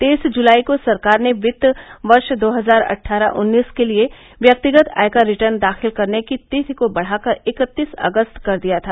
तेईस जुलाई को सरकार ने वित्त वर्ष दो हजार अट्ठारह उन्नीस के लिए व्यक्तिगत आयकर रिटर्न दाखिल करने की तिथि को बढ़ाकर इक्कतीस अगस्त कर दिया था